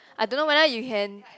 I don't know whether you can